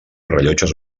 rellotges